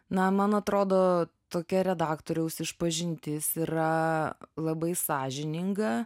na man atrodo tokia redaktoriaus išpažintis yra labai sąžininga